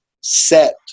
set